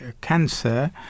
cancer